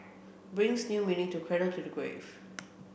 brings new meaning to cradle to the grave